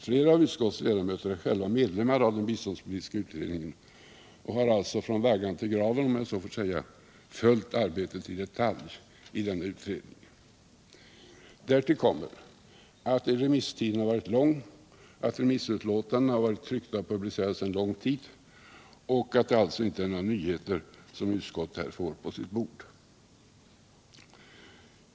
Flera utskottsledamöter är själva medlemmar av den biståndspolitiska utredningen och har alltså från vaggan till graven, om jag så får säga, följt arbetet i denna utredning i detalj. Därtill kommer att remisstiden har varit lång, att remissutlåtandena har varit tryckta och publicerade sedan lång tid tillbaka och att det alltså inte är några nyheter som utskottet får på sitt bord.